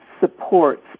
supports